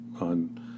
on